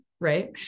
right